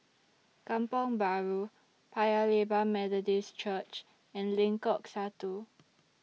Kampong Bahru Paya Lebar Methodist Church and Lengkok Satu